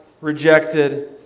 rejected